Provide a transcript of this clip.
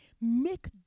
make